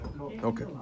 Okay